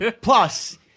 Plus